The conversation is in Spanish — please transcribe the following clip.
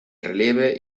relieve